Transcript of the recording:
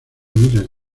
miles